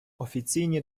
офіційні